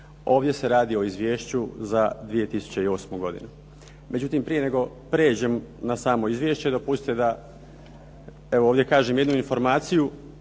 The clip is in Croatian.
Ovdje se radi o izvješću za 2008. godinu. Međutim, prije nego prijeđem na samo izvješće dopustite da evo ovdje kažem jednu informaciju